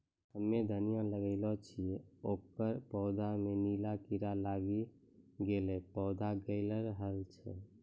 हम्मे धनिया लगैलो छियै ओकर पौधा मे नीला कीड़ा लागी गैलै पौधा गैलरहल छै?